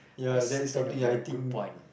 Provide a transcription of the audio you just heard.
I stand a very good point